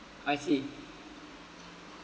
I see